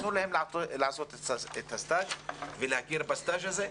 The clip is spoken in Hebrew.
תנו להם לעשות את ההתמחות ותכירו בהתמחות הזאת.